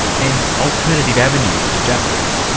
and alternative avenues to justice.